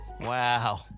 Wow